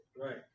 right